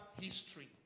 history